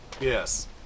yes